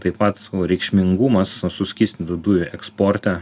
taip pat reikšmingumas suskystintų dujų eksporte